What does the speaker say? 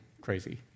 crazy